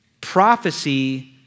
prophecy